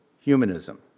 humanism